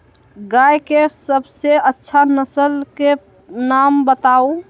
गाय के सबसे अच्छा नसल के नाम बताऊ?